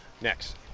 next